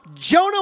Jonah